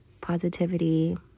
positivity